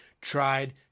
tried